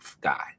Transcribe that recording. guy